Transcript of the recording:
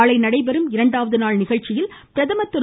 நாளை நடைபெறும் இறுதிநாள் நிகழ்ச்சியில் பிரதமர் திரு